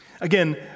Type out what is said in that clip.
Again